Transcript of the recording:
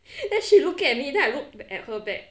then she looking at me then I looked at her back